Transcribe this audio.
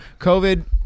COVID